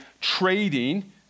trading